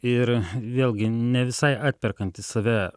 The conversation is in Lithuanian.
ir vėlgi ne visai atperkantis save